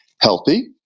healthy